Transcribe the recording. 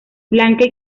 blanca